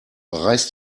reiß